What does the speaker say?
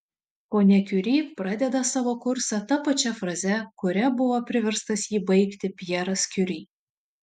ponia kiuri pradeda savo kursą ta pačia fraze kuria buvo priverstas jį baigti pjeras kiuri